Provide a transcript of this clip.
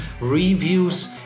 reviews